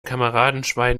kameradenschwein